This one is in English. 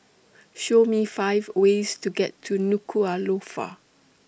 Show Me five ways to get to Nuku'Alofa